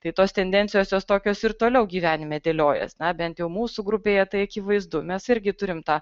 tai tos tendencijos jos tokios ir toliau gyvenime dėliojas na bent jau mūsų grupėje tai akivaizdu mes irgi turim tą